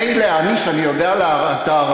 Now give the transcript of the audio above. מילא, אני שאני יודע את הערבית,